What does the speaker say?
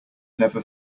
never